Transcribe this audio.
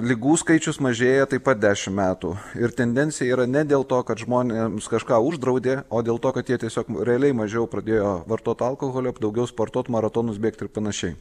ligų skaičius mažėja taip pat dešim metų ir tendencija yra ne dėl to kad žmonėms kažką uždraudė o dėl to kad jie tiesiog realiai mažiau pradėjo vartot alkoholio daugiau sportuot maratonus bėgt ir panašiai